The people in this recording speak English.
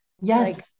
Yes